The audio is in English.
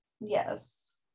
Yes